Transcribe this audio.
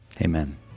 Amen